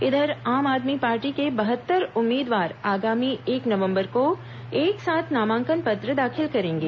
इधर आम आदमी पार्टी के बहत्तर उम्मीदवार आगामी एक नवंबर को एक साथ नामांकन पत्र दाखिल करेंगे